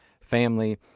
family